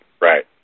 right